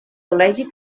col·legi